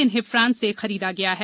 इन्हें फ्रांस से खरीदा गया है